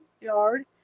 yard